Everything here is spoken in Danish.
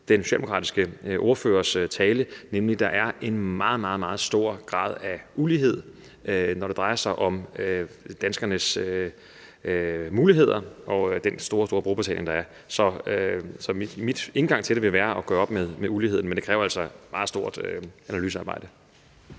den socialdemokratiske ordførers tale – en meget, meget stor grad af ulighed, når det drejer sig om danskernes muligheder og med hensyn til den store brugerbetaling, der er. Så min indgang til det vil være at gøre op med uligheden, men det kræver altså et meget stort analysearbejde.